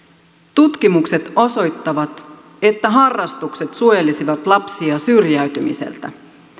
tutkimukset osoittavat että harrastukset suojelisivat lapsia syrjäytymiseltä